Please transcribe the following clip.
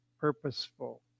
purposeful